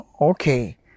Okay